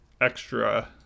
extra